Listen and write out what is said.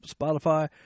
Spotify